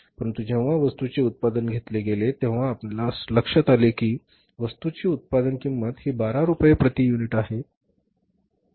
परंतु जेव्हा वस्तू चे उत्पादन घेतले गेले तेव्हा आपणास लक्ष्यात आले कि वस्तू ची उत्पादन किंमत ही १२ रुपये प्रति युनिट आहे